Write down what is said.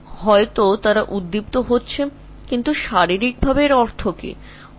শারিরিক ভাবে কী বোঝায় তারা ফায়ারিং করতে থাকতে পারে হ্যাঁ হতে পারে